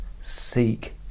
seek